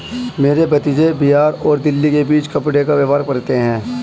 मेरा भतीजा बिहार और दिल्ली के बीच कपड़े का व्यापार करता है